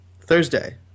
Thursday